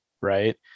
right